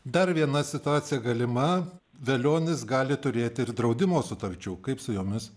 dar viena situacija galima velionis gali turėti ir draudimo sutarčių kaip su jomis